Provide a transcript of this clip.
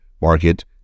market